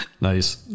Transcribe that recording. Nice